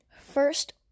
first